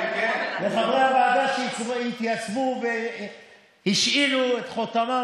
לחברי הוועדה שהתייצבו והשאירו את חותמם